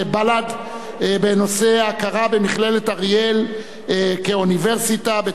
בנושא: ההכרה במכללת אריאל כאוניברסיטה בתמיכת הממשלה.